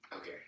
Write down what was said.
Okay